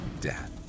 death